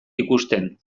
ikusten